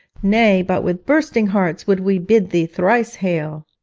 nay, but with bursting hearts would we bid thee thrice hail